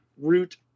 root